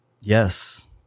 yes